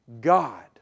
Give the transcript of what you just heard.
God